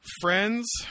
Friends